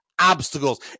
obstacles